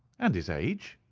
and his age?